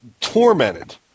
tormented